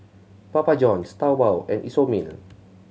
Papa Johns Taobao and Isomil